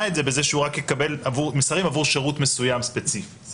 שבהם לא קבועים כללים ספציפיים על חזקת המסירה שקבועה בפקודת הראיות.